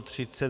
30.